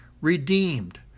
redeemed